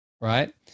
right